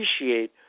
appreciate